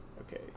Okay